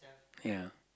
ya